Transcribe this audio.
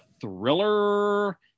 thriller